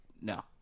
No